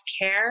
care